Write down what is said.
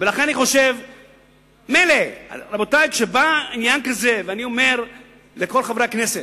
אני אומר לכל חברי הכנסת,